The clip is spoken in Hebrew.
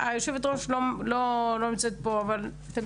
והיושבת-ראש לא נמצאת פה אתם